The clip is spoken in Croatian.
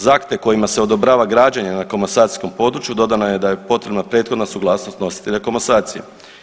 Za akte kojima se odobrava građenje na komasacijskom području dodano je da je potrebna prethodna suglasnost nositelja komasacije.